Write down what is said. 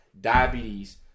diabetes